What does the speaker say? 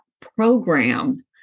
program